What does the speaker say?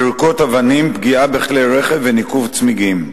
זריקות אבנים, פגיעה בכלי-רכב וניקוב צמיגים.